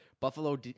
Buffalo